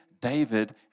David